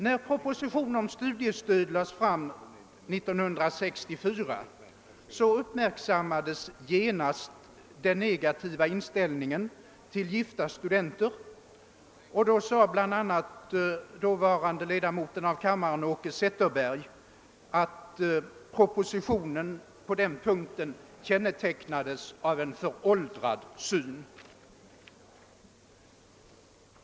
När proposition om studiestöd lades fram 1964 uppmärksammades genast den negativa inställningen till gifta studenter, och dåvarande ledamoten av kammaren Åke Zetterberg sade att propositionen på den punkten kännetecknades av en föråldrad syn.